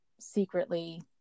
secretly